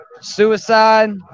Suicide